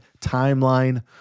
timeline